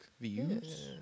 Views